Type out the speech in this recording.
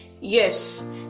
Yes